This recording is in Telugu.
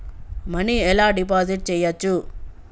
మనీ ఎలా డిపాజిట్ చేయచ్చు?